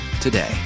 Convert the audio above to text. today